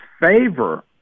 favor